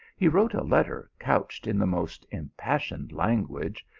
he wrote a letter couched in the most im passioned language,